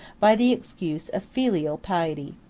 by the excuse of filial piety.